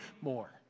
more